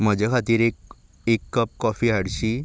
म्हजे खातीर एक एक कप कॉफी हाडशी